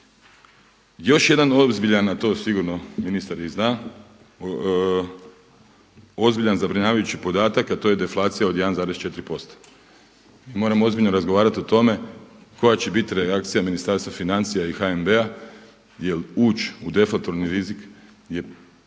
Još jedan ozbiljan a to sigurno ministar i zna ozbiljan zabrinjavajući podatak a to je deflacija od 1,4%. I moramo ozbiljno razgovarati o tome koja će biti reakcija Ministarstva financija i HNB-a jer uči u deflatorni rizik nije dobro.